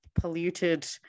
polluted